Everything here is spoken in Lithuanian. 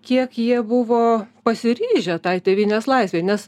kiek jie buvo pasiryžę tai tėvynės laisvei nes